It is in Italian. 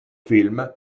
film